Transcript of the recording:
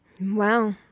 Wow